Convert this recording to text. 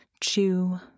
Chew